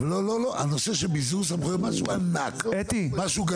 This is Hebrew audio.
הנושא של ביזור סמכויות זה משהו ענק, משהו גדול.